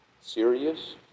serious